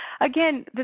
Again